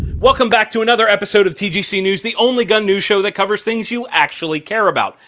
welcome back to another episode of tgc news, the only gun news show that covers things you actually care about,